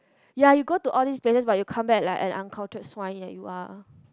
ya you go to all these places but you come back like an uncultured swine you are